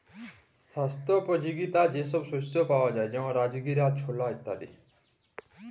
স্বাস্থ্যপ যগীতা যে সব শস্য পাওয়া যায় যেমল রাজগীরা, ছলা ইত্যাদি